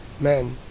man